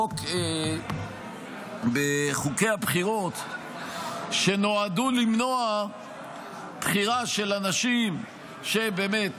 בחוקי הבחירות שנועדו למנוע בחירה של אנשים שבאמת